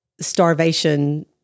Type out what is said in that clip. starvation